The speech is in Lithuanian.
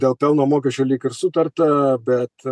dėl pelno mokesčio lyg ir sutarta bet